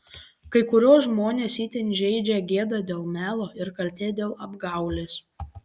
kai kuriuos žmones itin žeidžia gėda dėl melo ir kaltė dėl apgaulės